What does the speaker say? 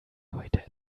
heute